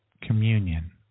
communion